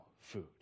food